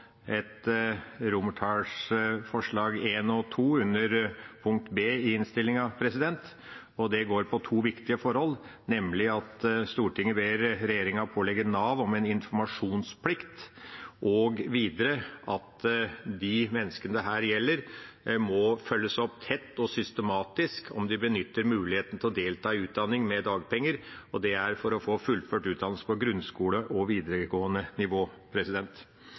romertallsforslag I og II under punkt B i innstillinga, og det går på to viktige forhold, nemlig at Stortinget ber regjeringa pålegge Nav en informasjonsplikt, og videre at de menneskene dette gjelder, må følges opp tett og systematisk om de benytter muligheten til å delta i utdanning med dagpenger. Det er for å få fullført utdannelse på grunnskole- og videregående nivå.